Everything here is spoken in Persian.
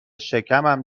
شکمم